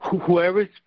Whoever